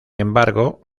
embargo